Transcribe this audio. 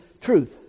truth